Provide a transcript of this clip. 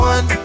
One